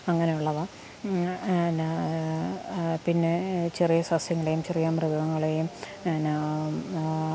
അങ്ങനെയുള്ളവ പിന്നെ പിന്നെ ചെറിയ സസ്യങ്ങളേയും ചെറിയ മൃഗങ്ങളേയും പിന്നെ